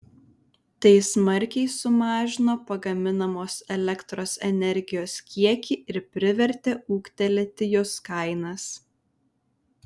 tai smarkiai sumažino pagaminamos elektros energijos kiekį ir privertė ūgtelėti jos kainas